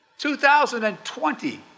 2020